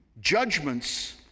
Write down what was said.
judgments